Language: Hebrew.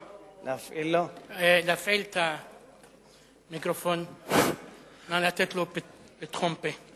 בבקשה, נא להפעיל את המיקרופון ולתת לו פתחון פה.